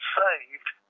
saved